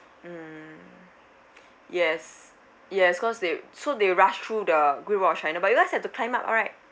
mm yes yes cause they so they rushed through the great wall of china but you guys have to climb up right